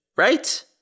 right